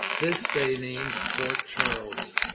this they named fort charles.